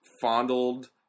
fondled